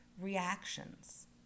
reactions